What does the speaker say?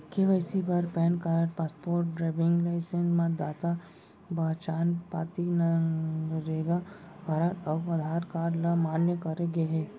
KYC बर PAN card, passport, driving licence, मतदाता पहचान पाती, नरेगा कारड अउ आधार कारड ल मान्य करे गे हे